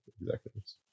executives